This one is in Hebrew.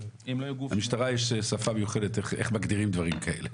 למשטרה יש שפה מיוחדת איך מגדירים דברים כאלה.